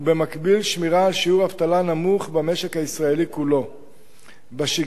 ובמקביל שמירה על שיעור אבטלה נמוך במשק הישראלי כולו בשגרה,